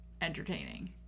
entertaining